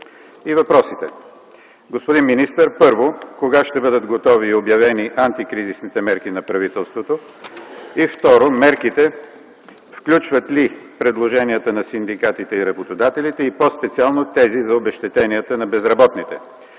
Въпросите: Господин министър, кога ще бъдат готови и обявени антикризисните мерки на правителството? Мерките включват ли предложенията на синдикатите и работодателите и по-специално тези за обезщетенията на безработните?